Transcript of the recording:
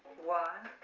one,